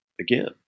Again